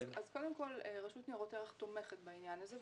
קודם כול רשות ניירות ערך תומכת בעניין הזה,